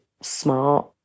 smart